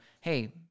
hey